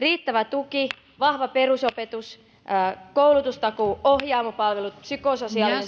riittävä tuki vahva perusopetus koulutustakuu ohjaamo palvelut psykososiaalinen